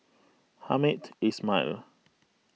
Hamed Ismail